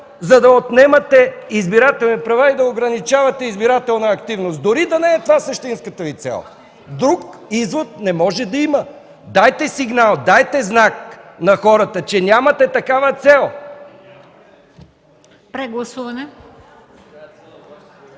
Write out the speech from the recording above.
за да отнемате избирателни права и да ограничавате избирателна активност. Дори да не е това същинската Ви цел, друг извод не може да има. Дайте сигнал, дайте знак на хората, че нямате такава цел.